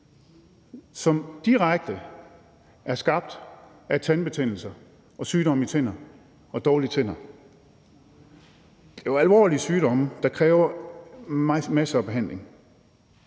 som direkte er skabt af tandbetændelser, sygdomme i tænderne og dårlige tænder. Det er jo alvorlige sygdomme, der kræver masser af behandling.